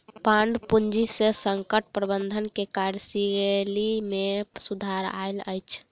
bond पूंजी से संकट प्रबंधन के कार्यशैली में सुधार आयल अछि